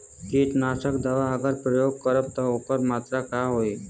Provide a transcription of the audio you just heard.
कीटनाशक दवा अगर प्रयोग करब त ओकर मात्रा का होई?